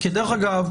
דרך אגב,